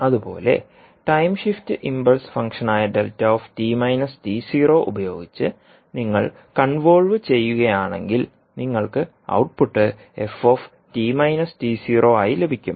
അതുപോലെ time shift impulse ഫംഗ്ഷനായ ഉപയോഗിച്ച് നിങ്ങൾ കൺവോൾവ് ചെയ്യുകയാണെങ്കിൽ നിങ്ങൾക്ക് ഔട്ട്പുട്ട് ആയി ലഭിക്കും